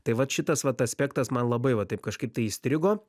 tai vat šitas vat aspektas man labai va taip kažkaip įstrigo